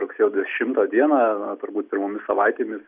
rugsėjo dešimtą dieną turbūt pirmomis savaitėmis